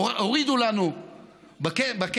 הורידו לנו בכסף,